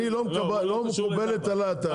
לא מקובלת עלי הטענה,